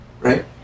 Right